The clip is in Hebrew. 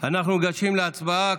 אנחנו ניגשים להצבעה.